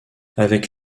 avec